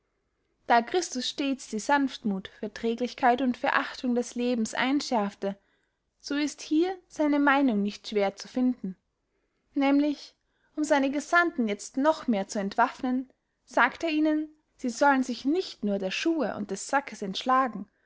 da christus stets die sanftmuth verträglichkeit und verachtung des lebens einschärfte so ist hier seine meynung nicht schwer zu finden nämlich um seine gesandten jetzt noch mehr zu entwaffnen sagt er ihnen sie sollen sich nicht nur der schue und des sackes entschlagen